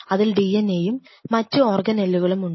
അതിൽ DNA യും മറ്റു ഓർഗനെല്ലുകളും ഉണ്ട്